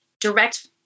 direct